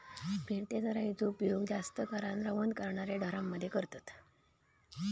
फिरत्या चराइचो उपयोग जास्त करान रवंथ करणाऱ्या ढोरांमध्ये करतत